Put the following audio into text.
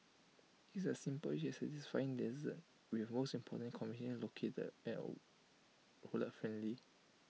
it's A simple yet satisfying dessert most importantly conveniently located friendly